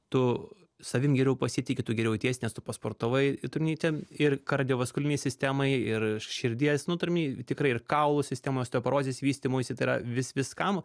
tu savim geriau pasitiki tu geriau jautiesi nes tu pasportavai turiu omeny čia ir kardiovaskulinei sistemai ir širdies nu turiu omeny tikrai ir kaulų sistemos osteoporozės vystymuisi tai yra vis viskam